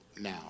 Now